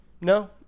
No